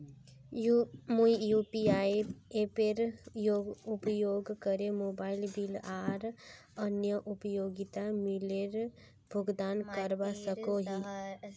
मुई यू.पी.आई एपेर उपयोग करे मोबाइल बिल आर अन्य उपयोगिता बिलेर भुगतान करवा सको ही